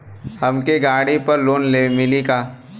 हमके गाड़ी पर लोन मिली का?